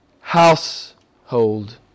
household